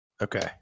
Okay